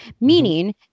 meaning